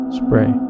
spray